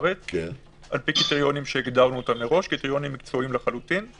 על פי קריטריונים מקצועיים לחלוטין שהגדרנו מראש.